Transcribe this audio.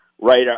right